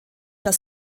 das